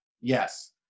Yes